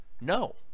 No